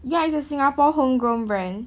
ya it's a singapore homegrown brand